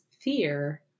fear